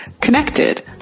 connected